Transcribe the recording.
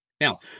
Now